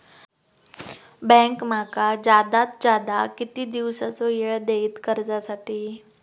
Bank माका जादात जादा किती दिवसाचो येळ देयीत कर्जासाठी?